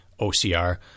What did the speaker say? OCR